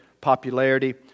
popularity